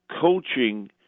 coaching